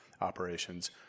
operations